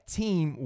team